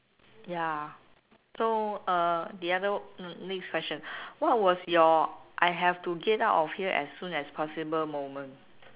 ya so uh the other next question what was your I have to get out of here as soon as possible moment